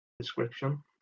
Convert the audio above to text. description